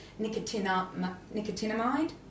Nicotinamide